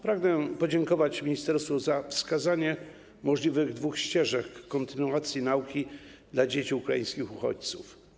Pragnę podziękować ministerstwu za wskazanie dwóch możliwych ścieżek kontynuacji nauki dla dzieci ukraińskich uchodźców.